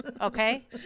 Okay